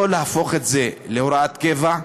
לא להפוך את זה להוראת קבע.